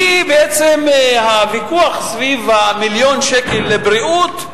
והיא בעצם הוויכוח סביב המיליון שקל לבריאות,